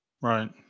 Right